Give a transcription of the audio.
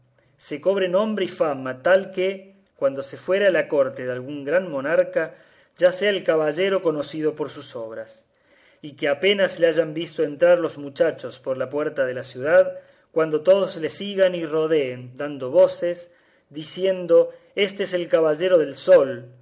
se cobre nombre y fama tal que cuando se fuere a la corte de algún gran monarca ya sea el caballero conocido por sus obras y que apenas le hayan visto entrar los muchachos por la puerta de la ciudad cuando todos le sigan y rodeen dando voces diciendo éste es el caballero del sol